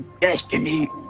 destiny